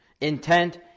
intent